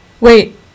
wait